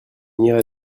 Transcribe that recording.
irai